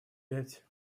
пять